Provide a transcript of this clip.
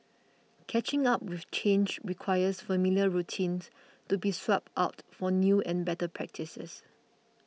catching up with change requires familiar routines to be swapped out for new and better practices